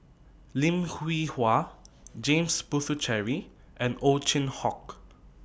Lim Hwee Hua James Puthucheary and Ow Chin Hock